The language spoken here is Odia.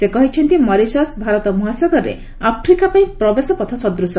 ସେ କହିଛନ୍ତି ମରିସସ୍ ଭାରତ ମହାସାଗରରେ ଆଫ୍ରିକାପାଇଁ ପ୍ରବେଶ ପଥ ସଦୂଶ